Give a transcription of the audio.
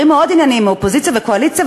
מאוד ענייניים מהאופוזיציה ומהקואליציה,